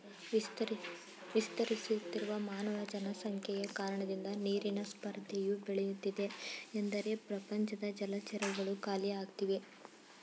ವಿಸ್ತರಿಸುತ್ತಿರುವ ಮಾನವ ಜನಸಂಖ್ಯೆಯ ಕಾರಣದಿಂದ ನೀರಿನ ಸ್ಪರ್ಧೆಯು ಬೆಳೆಯುತ್ತಿದೆ ಎಂದರೆ ಪ್ರಪಂಚದ ಜಲಚರಗಳು ಖಾಲಿಯಾಗ್ತಿವೆ